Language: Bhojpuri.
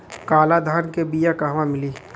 काला धान क बिया कहवा मिली?